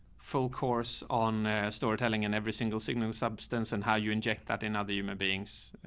full course on storytelling and every single signal substance and how you inject that in other human beings.